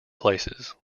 places